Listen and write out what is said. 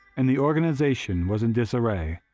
and the organization was in disarray.